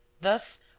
Thus